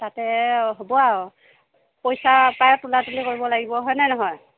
তাতে হ'ব আৰু পইচা তাৰে তুলা তুলি কৰিব লাগিব হয়নে নহয়